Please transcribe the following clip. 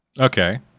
Okay